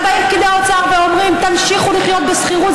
אבל באים פקידי האוצר ואומרים: תמשיכו לחיות בשכירות,